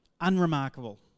unremarkable